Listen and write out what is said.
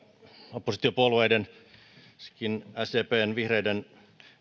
oppositiopuolueiden varsinkin sdpn ja vihreiden